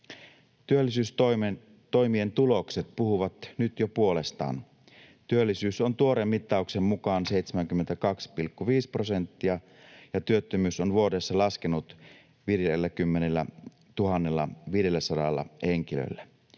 Työllisyystoimien tulokset puhuvat jo nyt puolestaan. Työllisyys on tuoreen mittauksen mukaan 72,5 prosenttia, ja työttömyys on vuodessa laskenut 50 500 henkilöllä.